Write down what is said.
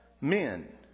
men